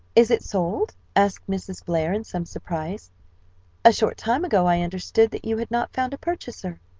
is it sold? asked mrs. blair in some surprise a short time ago, i understood that you had not found a purchaser.